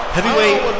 Heavyweight